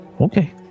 okay